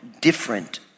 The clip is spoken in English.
different